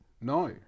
No